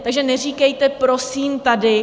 Takže neříkejte prosím tady...